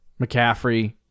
McCaffrey